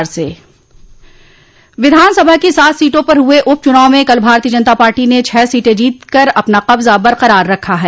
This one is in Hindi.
विधानसभा की सात सीटों पर हुए उप चुनाव में कल भारतीय जनता पार्टी ने छह सीटें जीत कर अपना कब्जा बरकरार रखा है